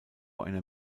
einer